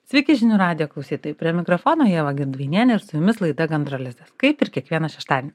sveiki žinių radijo klausytojai prie mikrofono ieva girdvainienė ir su jumis laida gandro lizdas kaip ir kiekvieną šeštadienį